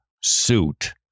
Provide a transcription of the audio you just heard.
suit